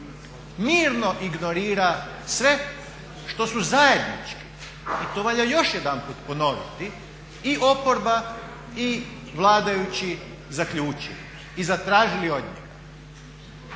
mirno ignorira sve što su zajednički, i to valja još jedanput ponoviti, i oporba i vladajući zaključili i zatražili od njega.